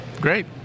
Great